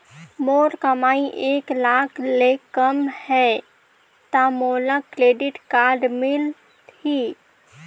मोर कमाई एक लाख ले कम है ता मोला क्रेडिट कारड मिल ही?